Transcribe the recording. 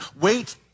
wait